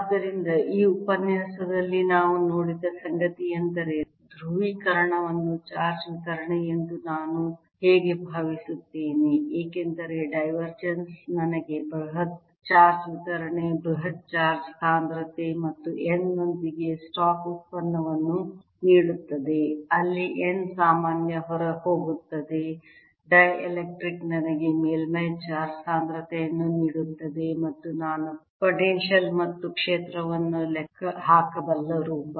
ಆದ್ದರಿಂದ ಈ ಉಪನ್ಯಾಸದಲ್ಲಿ ನಾವು ನೋಡಿದ ಸಂಗತಿಯೆಂದರೆ ಧ್ರುವೀಕರಣವನ್ನು ಚಾರ್ಜ್ ವಿತರಣೆಯೆಂದು ನಾನು ಹೇಗೆ ಭಾವಿಸುತ್ತೇನೆ ಏಕೆಂದರೆ ಡೈವರ್ಜೆನ್ಸ್ ನನಗೆ ಬೃಹತ್ ಚಾರ್ಜ್ ವಿತರಣೆ ಬೃಹತ್ ಚಾರ್ಜ್ ಸಾಂದ್ರತೆ ಮತ್ತು n ನೊಂದಿಗೆ ಸ್ಟಾಕ್ ಉತ್ಪನ್ನವನ್ನು ನೀಡುತ್ತದೆ ಅಲ್ಲಿ n ಸಾಮಾನ್ಯ ಹೊರಹೋಗುತ್ತದೆ ಡೈಎಲೆಕ್ಟ್ರಿಕ್ ನನಗೆ ಮೇಲ್ಮೈ ಚಾರ್ಜ್ ಸಾಂದ್ರತೆಯನ್ನು ನೀಡುತ್ತದೆ ಮತ್ತು ನಾನು ಪೊಟೆನ್ಶಿಯಲ್ ಮತ್ತು ಕ್ಷೇತ್ರವನ್ನು ಲೆಕ್ಕಹಾಕಬಲ್ಲ ರೂಪ